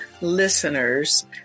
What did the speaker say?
listeners